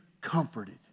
comforted